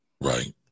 right